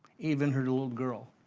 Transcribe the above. even her little girl.